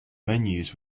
menus